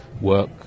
Work